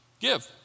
Give